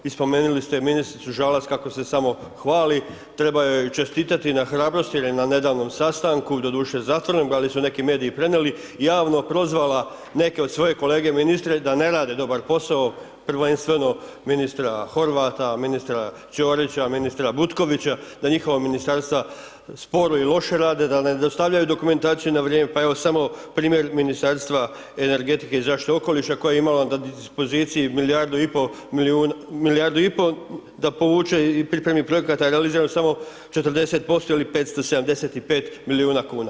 I spomenuli ste ministricu Žalac kako se samo hvali, treba joj čestitati na hrabrosti jer je na nedavnom sastanku, doduše zatvorenom, ali su neki mediji prenijeli, javno prozvala neke od svoje kolega ministre da ne rade dobar posao, prvenstveno ministra Horvata, ministra Ćorića, ministra Butkovića, da njihova Ministarstva sporo i loše rade, da ne dostavljaju dokumentaciju na vrijeme, pa evo samo primjer Ministarstva energetike i zaštite okoliša koja je imala na dispoziciji milijardu i pol da povuče i pripremi projekata, a realizirano je samo 40% ili 575 milijuna kuna.